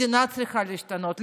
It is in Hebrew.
מדינה צריכה להשתנות,